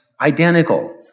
identical